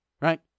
right